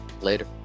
Later